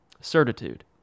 Certitude